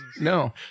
No